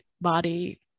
body